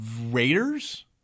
raiders